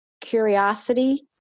curiosity